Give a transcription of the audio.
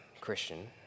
Christian